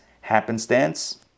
happenstance